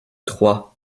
trois